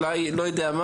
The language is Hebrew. לא יודע.